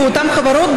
באותן חברות,